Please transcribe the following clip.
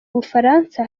bufaransa